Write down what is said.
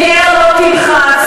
"וגר לא תלחץ,